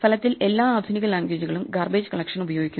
ഫലത്തിൽ എല്ലാ ആധുനിക ലാംഗ്വേജുകളും ഗാർബേജ് കളക്ഷൻ ഉപയോഗിക്കുന്നു